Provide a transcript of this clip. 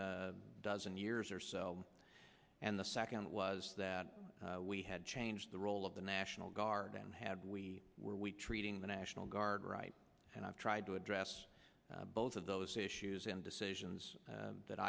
past dozen years or so and the second was that we had changed the role of the national guard and had we were we treating the national guard right and i've tried to address both of those issues and decisions that